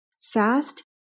fast